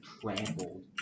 trampled